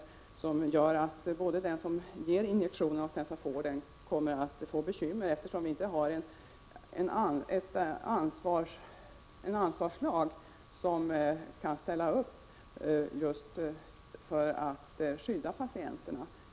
Det kan innebära att både den som ger injektionen och den som får den kan råka i bekymmer, eftersom vi inte har någon ansvarslag som kan skydda patienterna.